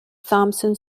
thompson